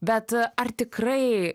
bet ar tikrai